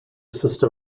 sister